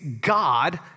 God